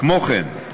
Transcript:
כמו כן,